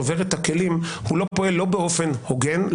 לא פועל לא באופן הוגן,